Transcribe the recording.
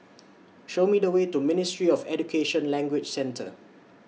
Show Me The Way to Ministry of Education Language Centre